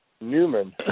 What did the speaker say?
Newman